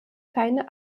keine